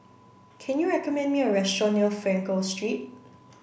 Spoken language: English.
can you recommend me a restaurant near Frankel Street